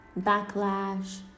backlash